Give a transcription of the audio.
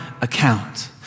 account